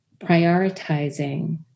prioritizing